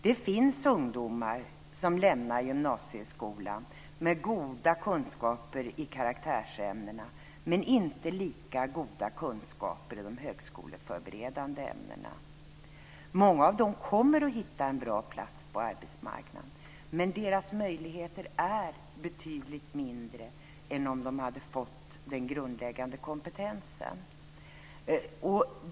Det finns ungdomar som lämnar gymnasieskolan med goda kunskaper i karaktärsämnena men inte lika goda kunskaper i de högskoleförberedande ämnena. Många av dem kommer att hitta en bra plats på arbetsmarknaden. Men deras möjligheter är betydligt mindre än om de hade fått den grundläggande kompetensen.